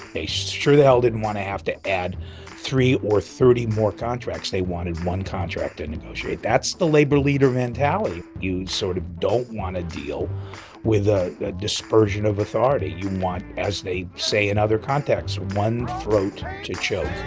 they sure the hell didn't want to have to add three or thirty more contracts. they wanted one contract to negotiate. that's the labor leader mentality. you sort of don't want to deal with a dispersion of authority. you want, as they say in other contexts, one throat to choke